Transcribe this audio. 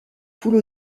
poule